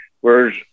Whereas